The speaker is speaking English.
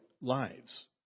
lives